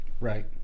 Right